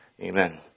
amen